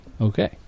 Okay